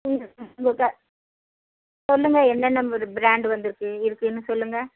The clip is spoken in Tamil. ம் சொல்லுங்கள் என்னென்ன இது பிராண்டு வந்துயிருக்கு இருக்குன்னு சொல்லுங்கள்